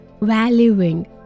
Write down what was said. valuing